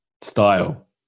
Style